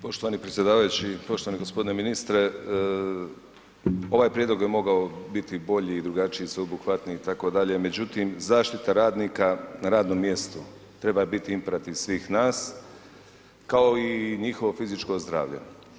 Poštovani predsjedavajući, poštovani gospodine ministre ovaj prijedlog bi mogao biti bolji i drugačiji, sveobuhvatniji itd., međutim zaštita radnika na radnom mjestu treba biti imperativ svih nas kao i njihovo fizičko zdravlje.